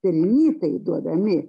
pelnytai duodami